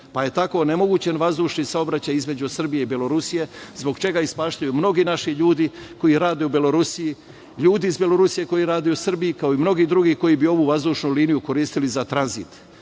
pa je tako nemoguć vazdušni saobraćaj između Srbije i Belorusije zbog čega ispaštaju mnogi naši ljudi koji rade u Belorusiji, ljudi iz Belorusije koji rade u Srbiji, kao i mnogi drugi koji bi ovu vazdušnu liniji koristili za tranzit.